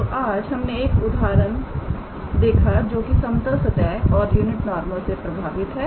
तो आज हमने एक ऐसी उदाहरण देखा जो कि समतल सतह और यूनिट नॉरमल से प्रभावित है